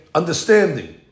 understanding